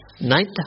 Night